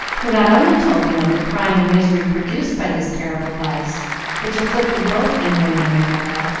who not only told them of the crime and misery produced by this terrible vice which afflicted both england and america,